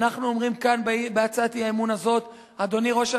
אנחנו אומרים כאן בהצעת האי-אמון הזאת: אדוני ראש הממשלה,